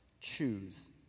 choose